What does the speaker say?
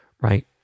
right